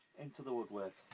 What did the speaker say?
into the woodwork